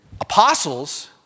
apostles